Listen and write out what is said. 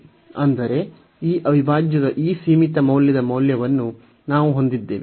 ಅಂದರೆ ಈ ಅವಿಭಾಜ್ಯದ ಈ ಸೀಮಿತ ಮೌಲ್ಯವನ್ನು ನಾವು ಹೊಂದಿದ್ದೇವೆ